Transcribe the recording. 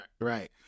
right